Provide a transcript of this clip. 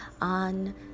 on